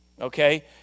okay